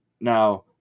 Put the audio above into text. Now